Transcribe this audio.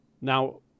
Now